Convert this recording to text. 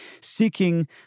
seeking